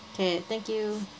okay thank you